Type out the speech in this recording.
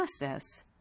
process